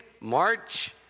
march